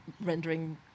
rendering